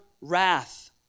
wrath